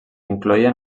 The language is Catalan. incloïen